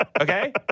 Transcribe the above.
okay